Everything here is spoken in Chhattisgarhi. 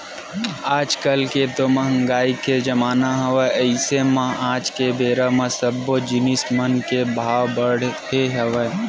आज कल तो मंहगाई के जमाना हवय अइसे म आज के बेरा म सब्बो जिनिस मन के भाव बड़हे हवय